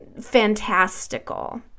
fantastical